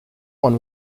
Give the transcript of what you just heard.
one